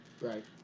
Right